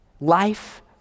life